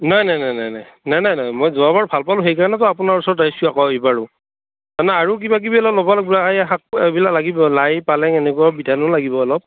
নাই নাই নাই নাই নাই নাই মই যোৱাবাৰ ভাল পালোঁ সেইকাৰণে আপোনাৰ ওচৰত আহিছোঁ আকৌ এইবাৰো নাই আৰু কিবা কিবি অলপ ল'ব লাগিব শাকবিলাক লাগিব লাই পালেং এনেকুৱা বিধানো লাগিব অলপ